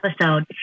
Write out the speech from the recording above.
episode